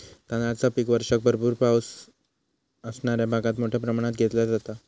तांदळाचा पीक वर्षाक भरपूर पावस असणाऱ्या भागात मोठ्या प्रमाणात घेतला जाता